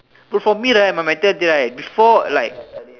but for me right my my third right before like